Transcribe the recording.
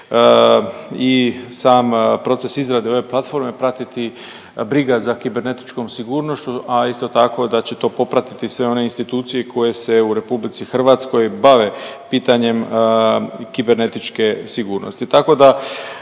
i sam proces izrade ove platforme pratiti briga za kibernetičkom sigurnošću, a isto tako da će to popratiti sve one institucije koje se u RH bave pitanjem kibernetičke sigurnosti.